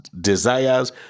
desires